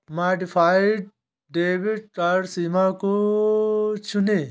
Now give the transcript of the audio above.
modified debit card सीमा को चुनें